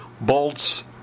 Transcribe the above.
Bolts